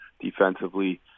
defensively